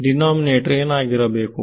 denominator ಏನಾಗಿರಬೇಕು